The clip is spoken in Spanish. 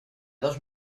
dos